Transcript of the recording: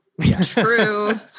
True